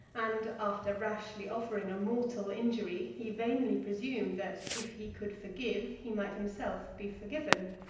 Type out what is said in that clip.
and, after rashly offering a mortal injury, he vainly presumed that, if he could forgive, he might himself be forgiven.